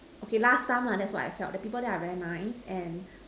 okay last time lah that's what I felt the people there are very nice and